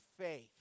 Faith